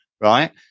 right